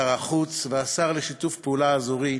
שר החוץ והשר לשיתוף פעולה אזורי,